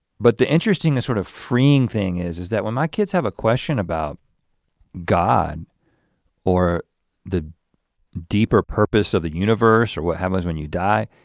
but the interesting the sort of freeing thing is is that when my kids have a question about god or the deeper purpose of the universe or what happens when you die,